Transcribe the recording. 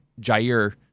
Jair